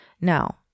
Now